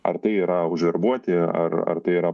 ar tai yra užverbuoti ar ar tai yra